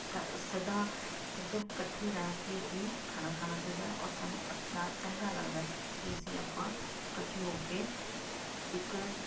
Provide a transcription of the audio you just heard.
ਸ ਸਦਾ ਮਤਲਬ ਇਕੱਠੇ ਰਹਿ ਕੇ ਹੀ ਖਾਣਾ ਖਾਣਾ ਚਾਹੀਦਾ ਔਰ ਸਾਨੂੰ ਅੱਛਾ ਚੰਗਾ ਲੱਗਦਾ ਕਿ ਅਸੀਂ ਆਪਾਂ ਇਕੱਠੇ ਹੋ ਕੇ ਇੱਕ